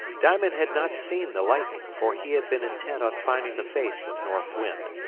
diamond had not seen the lightning, for he had been intent on finding the face of north wind.